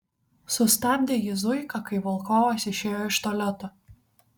sustabdė jį zuika kai volkovas išėjo iš tualeto